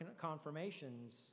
confirmations